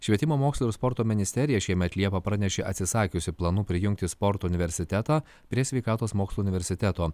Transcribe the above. švietimo mokslo ir sporto ministerija šiemet liepą pranešė atsisakiusi planų prijungti sporto universitetą prie sveikatos mokslų universiteto